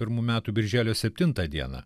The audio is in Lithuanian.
pirmų metų birželio septintą dieną